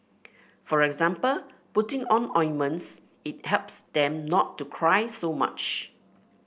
for example putting on ointments it helps them not to cry so much